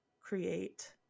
create